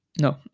no